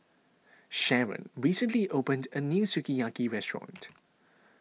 Sharon recently opened a new Sukiyaki restaurant